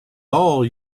all